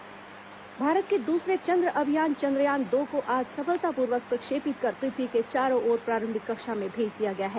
चंद्रयान दो प्रक्षेपण भारत के दूसरे चंद्र अभियान चंद्रयान दो को आज सफलतापूर्वक प्रक्षेपित कर पृथ्यी के चारों ओर प्रारंभिक कक्षा में भेजा दिया गया है